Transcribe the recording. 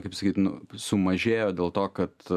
kaip sakyt nu sumažėjo dėl to kad